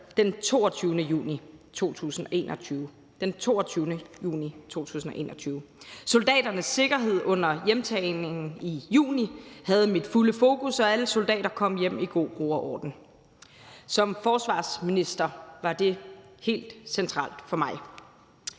den 22. juni 2021. Soldaternes sikkerhed under hjemtagningen i juni havde mit fulde fokus, og alle soldater kom hjem i god ro og orden. Som forsvarsminister var det helt centralt for mig.